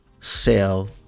sell